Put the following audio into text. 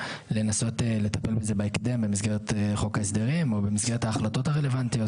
לנסות לטפל בזה בהקדם במסגרת חוק ההסדרים או במסגרת ההחלטות הרלוונטיות,